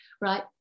right